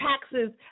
taxes